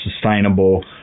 sustainable